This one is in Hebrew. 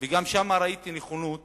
וגם שם ראיתי נכונות